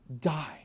die